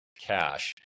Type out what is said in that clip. cash